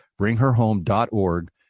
BringHerHome.org